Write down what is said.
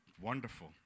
wonderful